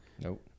Nope